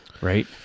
Right